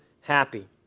happy